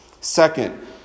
Second